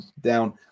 down